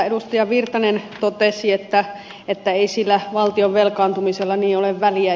erkki virtanen totesi että ei sillä valtion velkaantumisella niin ole väliä